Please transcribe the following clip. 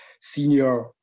senior